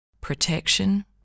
protection